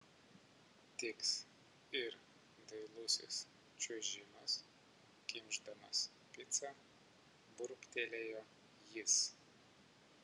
tiks ir dailusis čiuožimas kimšdamas picą burbtelėjo jis